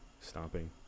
stopping